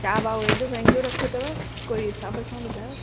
छा भाऊ हेॾो महांगू रखियो अथव कोई हिसाब सां ॿुधायो